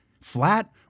Flat